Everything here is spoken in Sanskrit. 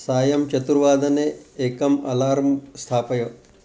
सायं चतुर्वादने एकम् अलार्म् स्थापय